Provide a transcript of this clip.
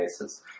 basis